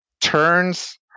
turns